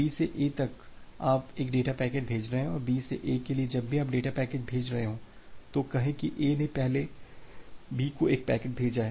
B से A तक आप एक डेटा पैकेट भेज रहे हैं B से A के लिए जब भी आप डेटा पैकेट भेज रहे हों तो कहें कि A ने पहले B को एक पैकेट भेजा है